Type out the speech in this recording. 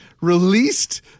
released